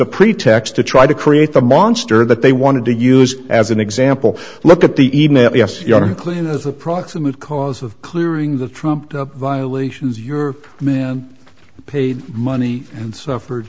a pretext try to create the monster that they wanted to use as an example look at the email yes you are clean as a proximate cause of clearing the trumped up violations your man paid money and suffered